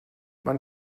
man